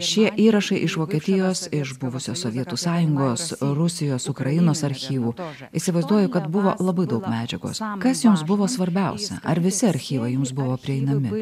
šie įrašai iš vokietijos iš buvusios sovietų sąjungos rusijos ukrainos archyvų įsivaizduoju kad buvo labai daug medžiagos kas jums buvo svarbiausia ar visi archyvai jums buvo prieinami